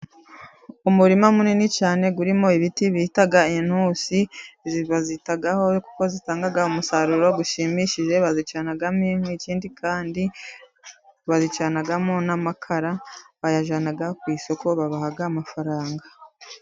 Umurima munini cyane urimo ibiti bita intusi. Izi bazitaho kuko zitanga umusaruro ushimishije. Bazicanamo inkwi, ikindi kandi bazicanamo n'amakara, bayajyana ku isoko bakabaha amafaranga.